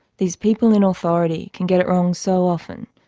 these people in authority, can get it wrong so often